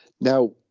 Now